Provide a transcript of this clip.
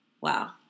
wow